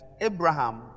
Abraham